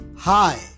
Hi